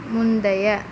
முந்தைய